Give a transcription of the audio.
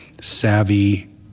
savvy